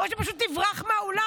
או שפשוט תברח מהאולם,